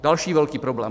Další velký problém.